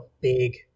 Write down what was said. big